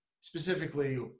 specifically